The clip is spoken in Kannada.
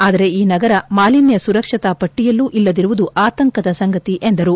ಆದರೆ ಈ ನಗರ ಮಾಲಿನ್ನ ಸುರಕ್ಷತಾ ಪಟ್ಟಿಯಲ್ಲೊ ಇಲ್ಲದಿರುವುದು ಆತಂಕದ ಸಂಗತಿ ಎಂದರು